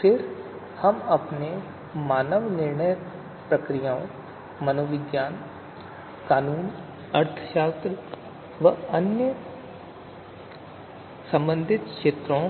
फिर हम मानव निर्णय प्रक्रियाओं मनोविज्ञान कानून अर्थशास्त्र और अन्य संबंधित क्षेत्रों